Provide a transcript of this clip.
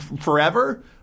forever